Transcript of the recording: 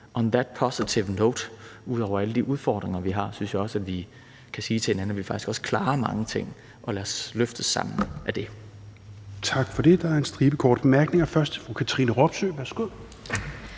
on that positive note, ud over alle de udfordringer, vi har, synes jeg også, at vi kan sige til hinanden, at vi faktisk også klarer mange ting – og lad os løftes sammen af det. Kl. 21:44 Fjerde næstformand (Rasmus Helveg Petersen): Tak for